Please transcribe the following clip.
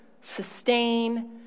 sustain